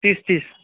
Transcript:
तीस तीस